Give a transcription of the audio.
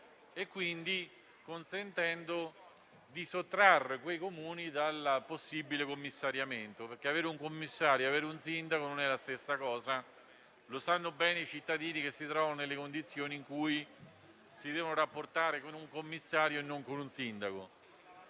così consentendo di sottrarre quei Comuni dal possibile commissariamento. Avere un commissario o avere un sindaco, infatti, non è la stessa cosa, come sanno bene i cittadini che si trovano nelle condizioni di doversi rapportare con un commissario e non con un sindaco.